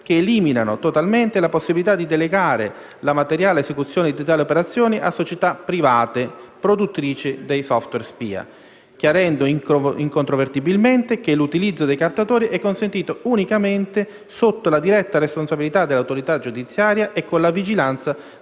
che eliminano totalmente la possibilità di delegare la materiale esecuzione di tali operazioni a società private produttrici dei *software* spia, chiarendo incontrovertibilmente che l'utilizzo dei captatori è consentito unicamente sotto la diretta responsabilità dell'autorità giudiziaria e con la vigilanza